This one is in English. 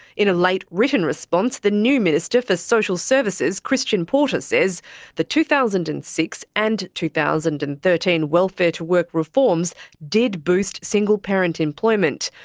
in a late written response, the new minister for social services, christian porter, says the two thousand and six and two thousand and thirteen welfare-to-work reforms did boost single parent employment.